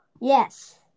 Yes